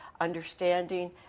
understanding